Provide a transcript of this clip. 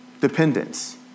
dependence